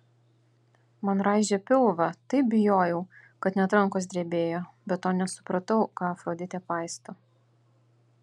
man raižė pilvą taip bijojau kad net rankos drebėjo be to nesupratau ką afroditė paisto